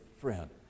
friend